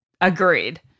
Agreed